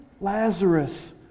Lazarus